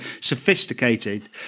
sophisticated